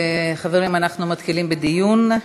חברים, אנחנו מתחילים בדיון.